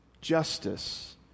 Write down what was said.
justice